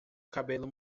cabelo